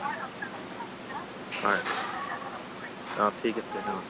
হয় অ' ঠিক আছে অ'